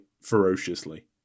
ferociously